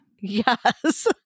Yes